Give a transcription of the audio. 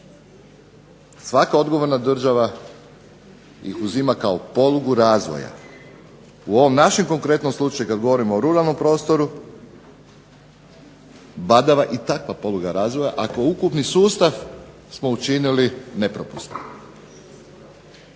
svaka odgovorna država ih uzima kao polugu razvoja U ovom našem konkretnom slučaju kada govorimo o ruralnom prostoru, badava i takva poluga razvoja ako smo ukupni sustav smo učinili nepropusnim.